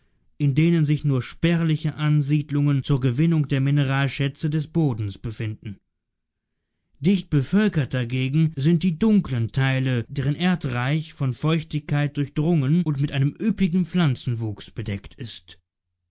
in denen sich nur spärliche ansiedlungen zur gewinnung der mineralschätze des bodens befinden dicht bevölkert dagegen sind die dunklen teile deren erdreich von feuchtigkeit durchdrungen und mit einem üppigen pflanzenwuchs bedeckt ist